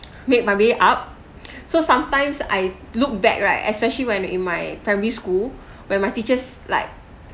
make my way up so sometimes I look back right especially when in my primary school where my teachers like